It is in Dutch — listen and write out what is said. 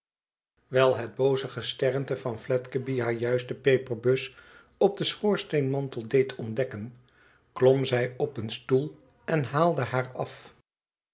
wijl het booze gesternte van fledgeby haar juist de peperbus op den schoorsteenmantel deed ontdekken klom zij op een stoel en haalde haar af